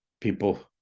people